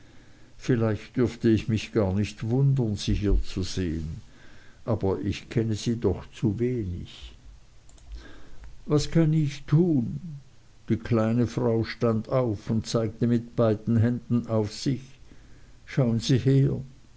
vielleicht dürfte ich mich gar nicht wundern sie hier zu sehen aber ich kenne sie doch zu wenig was kann ich tun die kleine frau stand auf und zeigte mit beiden händen auf sich schauen sie her